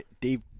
Dave